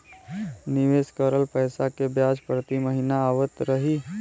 निवेश करल पैसा के ब्याज प्रति महीना आवत रही?